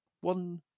one